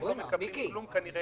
והם לא מקבלים כלום כנראה,